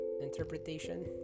interpretation